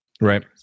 Right